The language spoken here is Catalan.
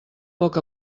poc